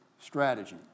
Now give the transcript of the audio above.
strategy